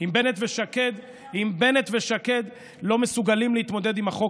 אם בנט ושקד לא מסוגלים להתמודד עם החוק